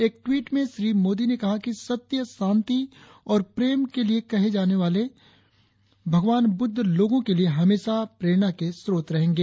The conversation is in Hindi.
एक टवीट में श्री मोदी ने कहा कि सत्य शांति और प्रेम के लिए जाने जाने वाले भगवान बुद्ध लोगों के लिए हमेशा प्रेरणा के स्रोत रहेंगे